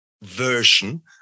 version